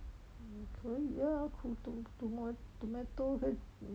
uh 可以啊苦 to~ toma~ tomato 和